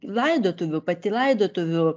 laidotuvių pati laidotuvių